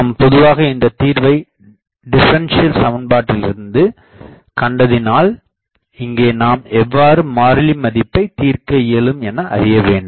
நாம் பொதுவாக இந்தத்தீர்வை டிப்ரன்சியல் சமன்பாட்டிலிருந்து பெற்றதினால் இங்கே நாம் எவ்வாறு மாறிலி மதிப்பை தீர்க்க இயலும் என அறிய வேண்டும்